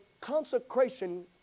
consecration